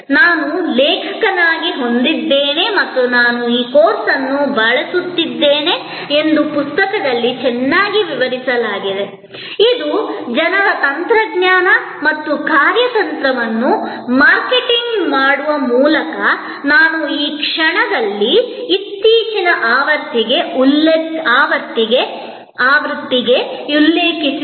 ನಾನು ಲೇಖಕನಾಗಿ ಹೋಗಿದ್ದೇನೆ ಮತ್ತು ನಾನು ಈ ಕೋರ್ಸ್ ಅನ್ನು ಬಳಸುತ್ತಿದ್ದೇನೆ ಎಂದು ಪುಸ್ತಕದಲ್ಲಿ ಚೆನ್ನಾಗಿ ವಿವರಿಸಲಾಗಿದೆ ಇದು ಜನರ ತಂತ್ರಜ್ಞಾನ ಮತ್ತು ಕಾರ್ಯತಂತ್ರವನ್ನು ಮಾರ್ಕೆಟಿಂಗ್ ಮಾಡುವ ಮೂಲಕ ನಾನು ಈ ಕ್ಷಣದಲ್ಲಿ ಇತ್ತೀಚಿನ ಆವೃತ್ತಿಯನ್ನು ಉಲ್ಲೇಖಿಸುತ್ತಿದ್ದೇನೆ